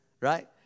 right